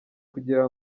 kugira